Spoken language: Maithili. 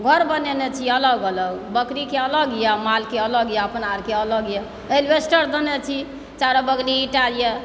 घर बनैने छी अलग अलग बकरीके अलग यऽ मालक अलग यऽ अपना आरके अलग यऽ अल्बेस्टर देने छी चारो बगल ईटा यऽ